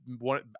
one